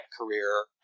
career